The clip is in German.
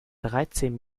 dreizehn